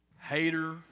hater